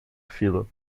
fila